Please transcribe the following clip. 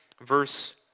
Verse